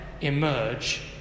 emerge